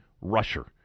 rusher